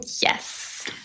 yes